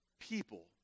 people